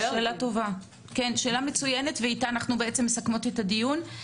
שאלה מצוינת ואתה אנחנו בעצם מסכמות את הדיון.